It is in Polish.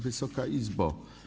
Wysoka Izbo!